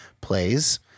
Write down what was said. plays